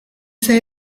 say